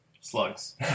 Slugs